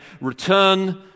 Return